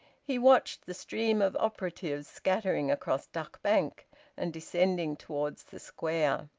he watched the stream of operatives scattering across duck bank and descending towards the square.